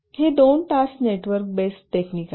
हे दोन task network based technique आहेत